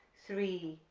three,